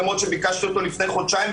למרות שביקשתי אותו לפני חודשיים,